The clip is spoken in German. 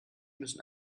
müssen